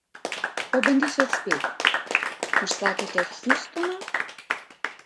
pabandysiu atspėti užsakėte hjustoną